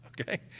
Okay